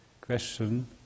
question